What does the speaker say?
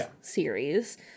series